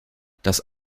das